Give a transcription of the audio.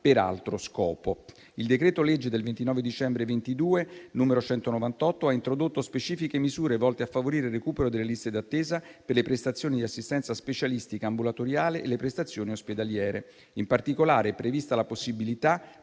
per altro scopo. Il decreto-legge del 29 dicembre 2022, n. 198, ha introdotto specifiche misure volte a favorire il recupero delle liste d'attesa per le prestazioni di assistenza specialistica ambulatoriale e le prestazioni ospedaliere. In particolare, è prevista la possibilità